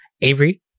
avery